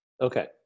Okay